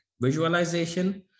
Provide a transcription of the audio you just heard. visualization